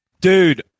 Dude